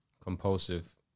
compulsive